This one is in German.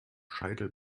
scheitel